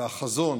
והחזון